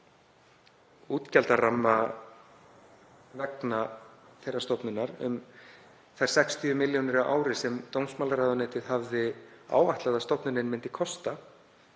útgjaldaramma vegna þeirrar stofnunar um þær 60 milljónir á ári sem dómsmálaráðuneytið hafði áætlað að stofnunin myndi kosta